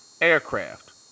aircraft